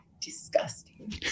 disgusting